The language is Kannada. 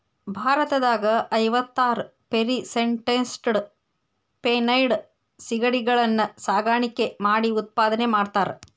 ಭಾರತದಾಗ ಐವತ್ತಾರ್ ಪೇರಿಸೆಂಟ್ನಷ್ಟ ಫೆನೈಡ್ ಸಿಗಡಿಗಳನ್ನ ಸಾಕಾಣಿಕೆ ಮಾಡಿ ಉತ್ಪಾದನೆ ಮಾಡ್ತಾರಾ